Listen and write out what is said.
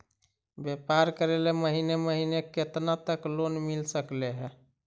व्यापार करेल महिने महिने केतना तक लोन मिल सकले हे?